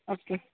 okay